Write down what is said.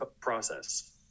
process